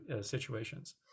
situations